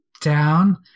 down